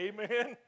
Amen